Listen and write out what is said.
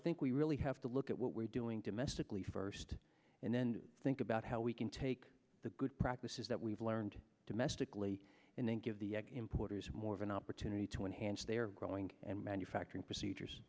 think we really have to look at what we're doing domestically first and then think about how we can take the good practices that we've learned domestically and then give the importers more of an opportunity to enhance their growing and manufacturing procedures